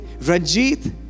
Ranjit